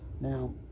now